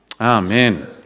Amen